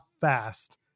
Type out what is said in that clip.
fast